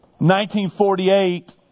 1948